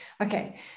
Okay